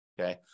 Okay